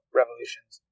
revolutions